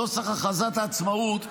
נוסח הכרזת העצמאות,